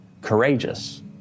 courageous